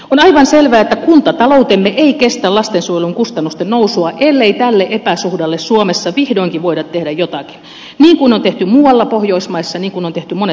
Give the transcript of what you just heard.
on aivan selvää että kuntataloutemme ei kestä lastensuojelun kustannusten nousua ellei tälle epäsuhdalle suomessa vihdoinkin voida tehdä jotakin niin kuin on tehty muualla pohjoismaissa niin kuin on tehty monessa euroopan maassa